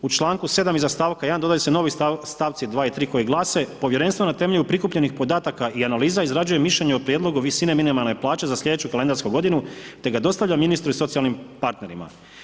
U članku 7. iza stavka 1. dodaju se novi stavci 2. i 3. koji glase, povjerenstvo na temelju prikupljenih podataka i analiza izrađuje mišljenje o prijedlogu visine minimalne plaće za sljedeću kalendarsku godinu te ga dostavlja ministru i socijalnim partnerima.